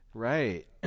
Right